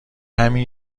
همین